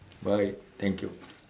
bye thank you